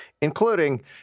including